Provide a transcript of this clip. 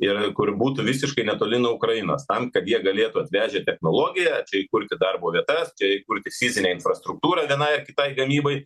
ir kur būtų visiškai netoli nuo ukrainos tam kad jie galėtų atvežę technologiją čia įkurti darbo vietas čia įkurti fizinę infrastruktūrą vienai ar kitai gamybai